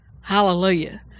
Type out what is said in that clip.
Hallelujah